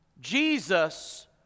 Jesus